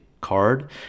card